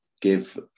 give